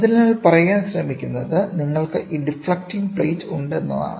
അതിനാൽ പറയാൻ ശ്രമിക്കുന്നത് നിങ്ങൾക്ക് ഈ ഡിഫ്ലക്ട്ടിംഗ് പ്ലേറ്റ് ഉണ്ടെന്നാണ്